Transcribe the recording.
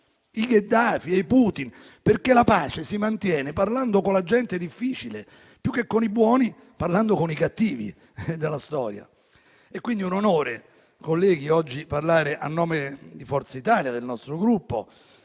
i Gheddafi e i Putin, perché la pace si mantiene parlando con la gente difficile, più che con i buoni parlando con i cattivi della storia. È quindi un onore, colleghi, oggi parlare, a nome di Forza Italia e del nostro Gruppo.